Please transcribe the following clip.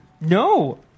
No